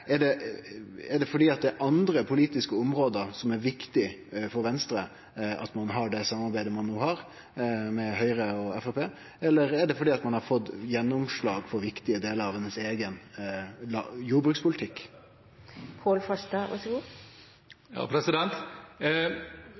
slett om det er fordi det er andre politiske område som er viktige for Venstre, at dei har det samarbeidet med Høgre og Framstegspartiet, eller er det fordi dei har fått gjennomslag for viktige delar av sin eigen jordbrukspolitikk?